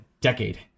decade